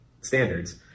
standards